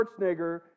Schwarzenegger